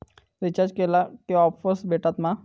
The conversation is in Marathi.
रिचार्ज केला की ऑफर्स भेटात मा?